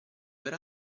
per